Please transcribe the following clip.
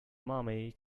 mommy